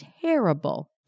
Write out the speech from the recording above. terrible